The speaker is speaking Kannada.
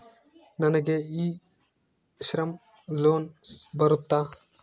ನನಗೆ ಇ ಶ್ರಮ್ ಲೋನ್ ಬರುತ್ತಾ?